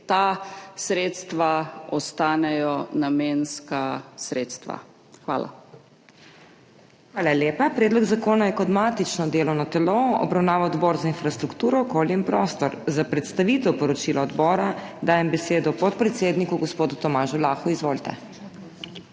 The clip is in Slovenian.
ta sredstva ostanejo namenska sredstva. Hvala. PODPREDSEDNICA MAG. MEIRA HOT: Hvala lepa. Predlog zakona je kot matično delovno telo obravnaval Odbor za infrastrukturo, okolje in prostor. Za predstavitev poročila odbora dajem besedo podpredsedniku gospodu Tomažu Lahu. Izvolite.